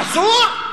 אסור?